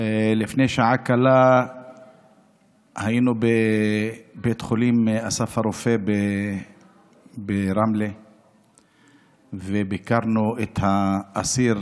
לפני שעה קלה היינו בבית החולים אסף הרופא ברמלה וביקרנו את העצור